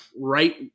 right